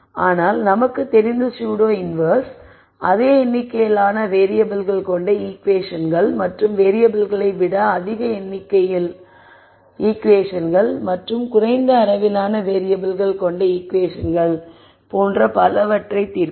ஆனால் நமக்கு தெரிந்த ஸுடோ இன்வெர்ஸ் அதே எண்ணிக்கையிலான வேறியபிள்கள் கொண்ட ஈகுவேஷன்கள் மற்றும் வேறியபிள்களை விட அதிக எண்ணிக்கையில் ஈகுவேஷன்கள் மற்றும் குறைந்த அளவிலான வேறியபிள்கள் கொண்ட ஈகுவேஷன்கள் போன்ற பலவற்றை தீர்க்கும்